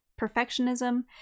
perfectionism